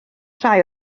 rhai